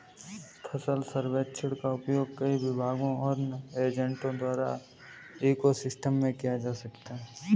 फसल सर्वेक्षण का उपयोग कई विभागों और अन्य एजेंटों द्वारा इको सिस्टम में किया जा सकता है